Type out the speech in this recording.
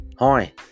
Hi